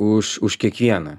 už už kiekvieną